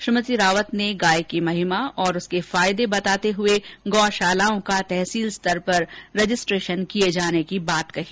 श्रीमर्ती रावत ने गाय की महिमा और उसके फायदे बताते हुए गौशालाओं का तहसील स्तर पर रजिस्ट्रेशन किये जाने की बात कही